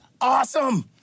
Awesome